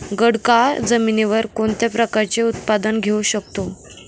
खडकाळ जमिनीवर कोणत्या प्रकारचे उत्पादन घेऊ शकतो?